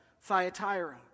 Thyatira